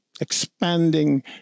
expanding